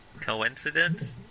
coincidence